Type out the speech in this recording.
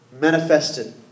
manifested